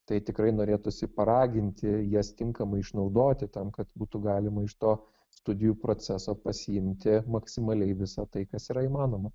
tai tikrai norėtųsi paraginti jas tinkamai išnaudoti tam kad būtų galima iš to studijų proceso pasiimti maksimaliai visa tai kas yra įmanoma